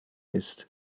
ist